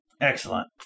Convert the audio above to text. Excellent